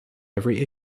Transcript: every